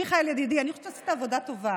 מיכאל ידידי, אני חושבת שאתה עשית עבודה טובה,